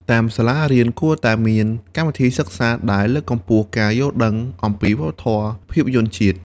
តាមសាលារៀន គួរតែមានកម្មវិធីសិក្សាដែលលើកកម្ពស់ការយល់ដឹងអំពីវប្បធម៌ភាពយន្តជាតិ។